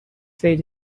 said